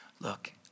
Look